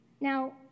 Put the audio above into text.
Now